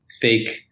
fake